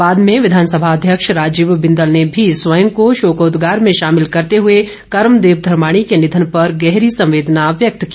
बाद में विधानसभा अध्यक्ष राजीव बिंदल ने भी स्वयं को शोकोदगार में शामिल करते हुए कर्मदेव धर्माणी के निधन पर गहरी संवेदना व्यक्त की